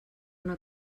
una